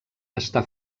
està